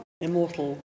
Immortal